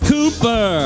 Cooper